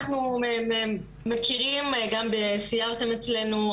אנחנו מכירים וגם סיירתם אצלנו,